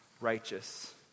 righteous